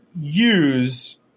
use